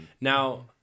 Now